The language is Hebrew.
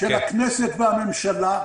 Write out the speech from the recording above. --- שבכנסת ובממשלה.